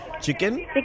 chicken